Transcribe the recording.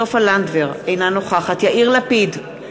אינה נוכחת יאיר לפיד,